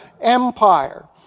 empire